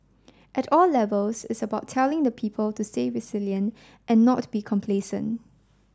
at all levels it's about telling the people to stay resilient and not be complacent